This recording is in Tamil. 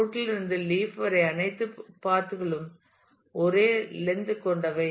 ரூட் இலிருந்து லீப் வரை அனைத்து பாதை களும் ஒரே லெந்த் கொண்டவை